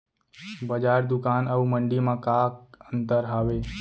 बजार, दुकान अऊ मंडी मा का अंतर हावे?